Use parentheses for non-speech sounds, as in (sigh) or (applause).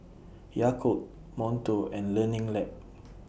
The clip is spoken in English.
Yakult Monto and Learning Lab (noise)